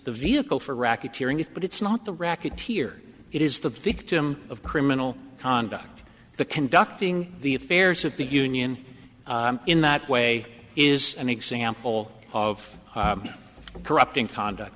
the vehicle for racketeering but it's not the racketeer it is the victim of criminal conduct the conducting the affairs of the union in that way is an example of corrupting conduct